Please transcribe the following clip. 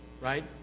right